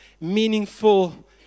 meaningful